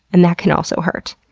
and that can also hurt.